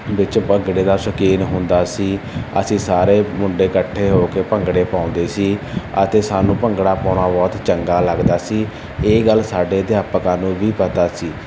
ਵਿੱਚ ਭੰਗੜੇ ਦਾ ਸ਼ੌਕੀਨ ਹੁੰਦਾ ਸੀ ਅਸੀਂ ਸਾਰੇ ਮੁੰਡੇ ਇਕੱਠੇ ਹੋ ਕੇ ਭੰਗੜੇ ਪਾਉਂਦੇ ਸੀ ਅਤੇ ਸਾਨੂੰ ਭੰਗੜਾ ਪਾਉਣਾ ਬਹੁਤ ਚੰਗਾ ਲੱਗਦਾ ਸੀ ਇਹ ਗੱਲ ਸਾਡੇ ਅਧਿਆਪਕਾਂ ਨੂੰ ਵੀ ਪਤਾ ਸੀ